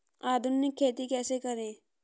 आधुनिक खेती कैसे करें?